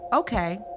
Okay